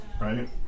right